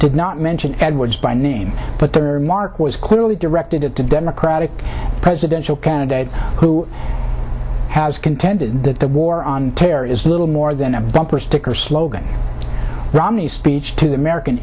did not mention edwards by name but there are mark was clearly directed at the democratic presidential candidate who has contended that the war on terror is little more than a bumper sticker slogan romney's speech to the american